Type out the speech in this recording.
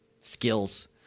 skills